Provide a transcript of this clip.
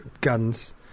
guns